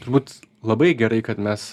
turbūt labai gerai kad mes